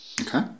Okay